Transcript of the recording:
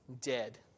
dead